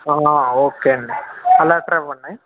okay అండి ఆ letter ఇవ్వండి